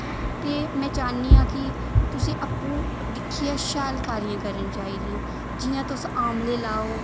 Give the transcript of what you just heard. ते में चाह्नी आं की तुसें आपूं दिक्खियै शैल करनी चाहिदी जि'यां तुस आमले लाओ